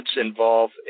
involve